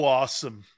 awesome